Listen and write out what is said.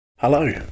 Hello